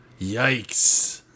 Yikes